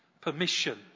permission